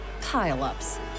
pile-ups